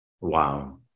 Wow